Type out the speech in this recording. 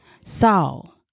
Saul